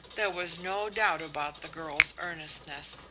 there was no doubt about the girl's earnestness.